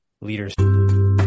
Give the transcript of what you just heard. leaders